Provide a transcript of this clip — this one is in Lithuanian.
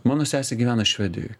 mano sesė gyvena švedijoj